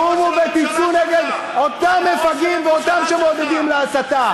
קומו ותצאו נגד אותם מפגעים ואותם שמעודדים להסתה.